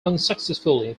unsuccessfully